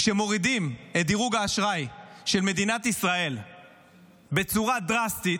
כשמורידים את דירוג האשראי של מדינת ישראל בצורה דרסטית,